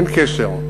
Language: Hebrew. אין קשר.